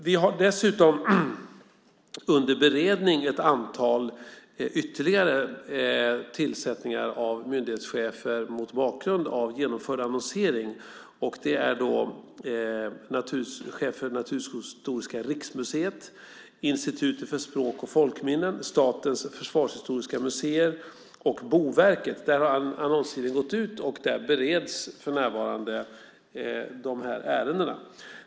Vi har dessutom ett antal ytterligare tillsättningar av myndighetschefer under beredning mot bakgrund av genomförd annonsering. Det handlar om chefer för Naturhistoriska riksmuseet, Institutet för språk och folkminnen, Statens försvarshistoriska museer och Boverket. Där har annonstiden gått ut, och för närvarande bereds de här ärendena.